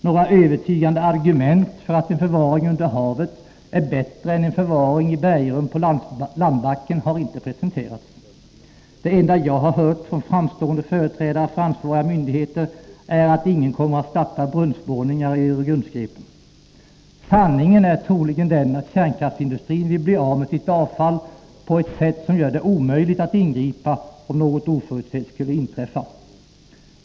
Några övertygande argument för att en förvaring under havet är bättre än en förvaring i bergrum på landbacken har inte presenterats. Det enda jag hört från framstående företrädare för ansvariga myndigheter är att ingen kommer att starta brunnsborrning i Öregrundsgrepen. Sanningen är troligen den att kärnkraftsindustrin vill bli av med sitt avfall på ett sätt som gör det omöjligt att ingripa, om något oförutsett skulle inträffa.